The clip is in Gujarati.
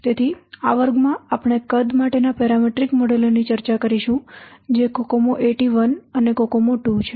તેથી આ વર્ગમાં આપણે કદ માટેના પેરામેટ્રિક મોડેલો ની ચર્ચા કરીશું જે કોકોમો 81 અને કોકોમો II છે